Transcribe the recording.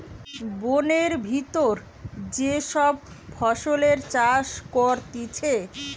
বোনের ভিতর যে সব ফসলের চাষ করতিছে